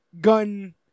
gun